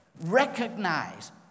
recognize